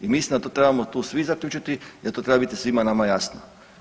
I mislim da tu trebamo svi zaključiti da to treba biti svima nama jasno.